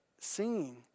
singing